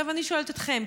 עכשיו אני שואלת אתכם: